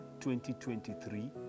2023